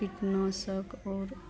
कीटनाशक और